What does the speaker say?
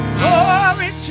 glory